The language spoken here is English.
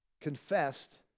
confessed